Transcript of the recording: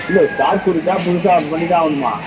இல்லை ஸ்டாக்கு இருக்கா புதுசாக பண்ணி தான் ஆவுனுமா